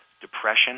depression